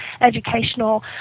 educational